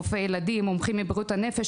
רופאי ילדים ומומחים לבריאות הנפש,